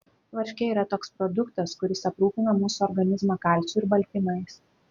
varškė yra toks produktas kuris aprūpina mūsų organizmą kalciu ir baltymais